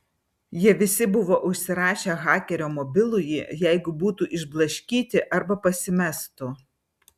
jie visi buvo užsirašę hakerio mobilųjį jeigu būtų išblaškyti arba pasimestų